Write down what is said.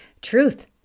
truth